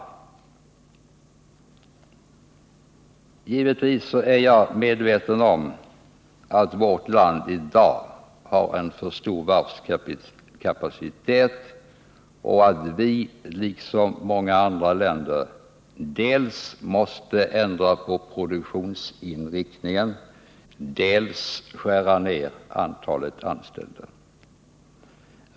Givetvis är jag medveten om att vårt land i dag har för stor varvskapacitet och att vi, liksom man måste göra i många andra länder, dels måste ändra produktionsinriktningen, dels skära ned antalet anställda.